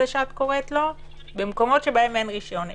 שאת קוראת לו במקומות שבהם אין רישיון עסק.